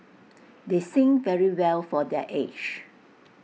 they sing very well for their age